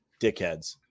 dickheads